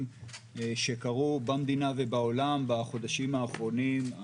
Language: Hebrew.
שקרו במדינה ובעולם בחודשים האחרונים,